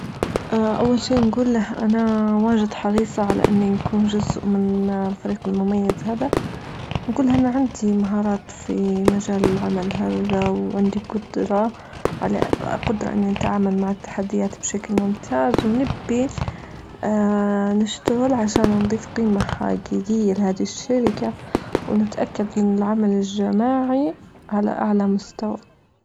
اه أول شيء نجول له أنا واجد حريصة على إني نكون جزء من الفريق المميز هذا، ونجوله أنو عندي مهارات في مجال العمل هذا وعندي قدرة على قدرة إني أتعامل مع التحديات بشكل ممتاز ونبي نشتغل عشان نضيف قيمة حجيجية لهذه الشركة ونتأكد من العمل الجماعي على أعلى مستوى.